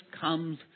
comes